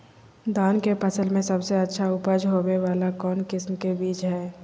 धान के फसल में सबसे अच्छा उपज होबे वाला कौन किस्म के बीज हय?